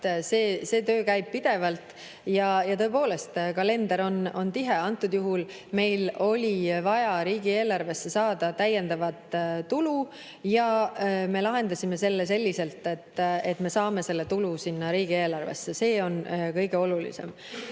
See töö käib pidevalt ja tõepoolest, kalender on tihe. Antud juhul meil oli vaja riigieelarvesse saada täiendavat tulu ja me lahendasime selle selliselt, et me saame selle tulu sinna riigieelarvesse. See on kõige olulisem. Kui